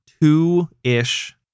two-ish